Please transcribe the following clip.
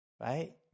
right